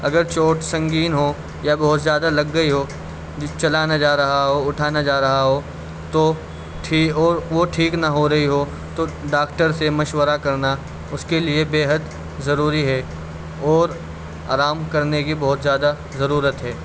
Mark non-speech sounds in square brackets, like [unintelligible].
اگر چوٹ سنگین ہو یا بہت زیادہ لگ گئی ہو [unintelligible] چلا نہ جا رہا ہو اٹھا نہ جا رہا ہو تو اور وہ ٹھیک نہ ہو رہی ہو تو ڈاکٹر سے مشورہ کرنا اس کے لیے بےحد ضروری ہے اور آرام کرنے کی بہت زیادہ ضرورت ہے